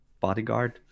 bodyguard